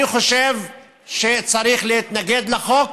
אני חושב שצריך להתנגד לחוק.